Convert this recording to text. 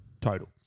total